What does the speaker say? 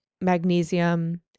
magnesium